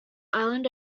island